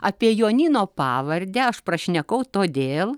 apie jonyno pavardę aš prašnekau todėl